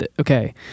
Okay